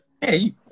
Hey